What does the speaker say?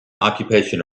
occupation